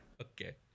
okay